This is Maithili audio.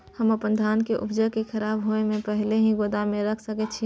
हम अपन धान के उपजा के खराब होय से पहिले ही गोदाम में रख सके छी?